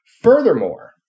Furthermore